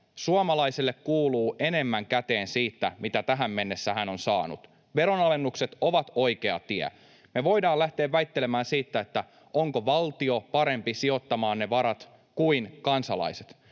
Suomalaiselle kuuluu enemmän käteen kuin mitä tähän mennessä hän on saanut. Ve-ronalennukset ovat oikea tie. Me voidaan lähteä väittelemään siitä, onko valtio parempi sijoittamaan ne varat kuin kansalaiset.